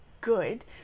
good